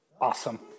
Awesome